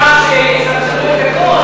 יאיר לפיד אמר שיצמצמו את הכול,